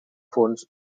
fons